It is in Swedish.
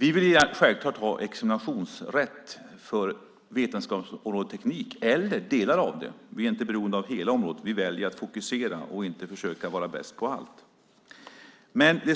Vi vill självklart ha examinationsrätt för vetenskapsområdet Teknik eller delar av det. Vi är inte beroende av hela området. Vi väljer att fokusera och inte försöka vara bäst på allt. Jag inser